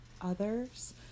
others